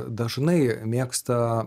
dažnai mėgsta